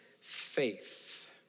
faith